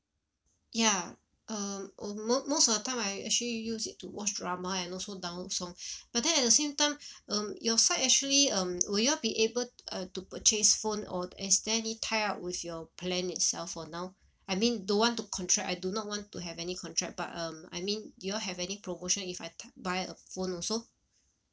ya um almo~ most of the time I actually use it to watch drama and also download song but then at the same time um your side actually um will you all be able to uh to purchase phone or is there any tie up with your plan itself for now I mean don't want to contract I do not want to have any contract but um I mean do you all have any promotion if I ta~ buy a phone also